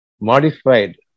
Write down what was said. modified